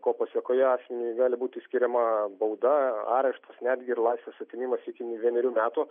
ko pasėkoje asmeniui gali būti skiriama bauda areštas netgi ir laisvės atėmimas iki vienerių metų